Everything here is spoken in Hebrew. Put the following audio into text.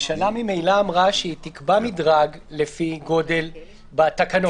הממשלה ממילא אמרה שהיא תקבע מדרג לפי גודל בתקנות,